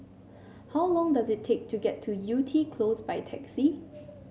how long does it take to get to Yew Tee Close by taxi